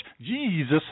Jesus